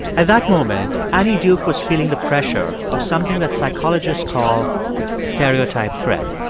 at that moment, annie duke was feeling the pressure of something that psychologists call stereotype threat.